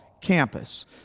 campus